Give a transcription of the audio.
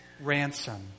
ransom